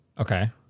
Okay